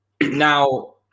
Now